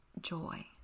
joy